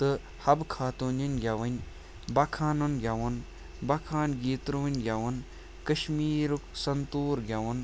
تہٕ حبہٕ خاتوٗنٕنۍ گٮ۪وٕنۍ بخانُن گٮ۪وُن بخان گیٖتروٕنۍ گٮ۪وُن کشمیٖرُک سنتوٗر گٮ۪وُن